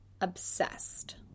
obsessed